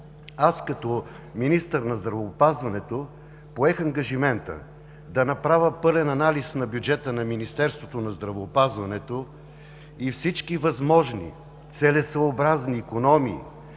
Аз, като министър на здравеопазването поех ангажимента да направя пълен анализ на бюджета на Министерството на здравеопазването и всички възможни, целесъобразни икономии